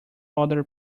other